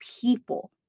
people